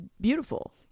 beautiful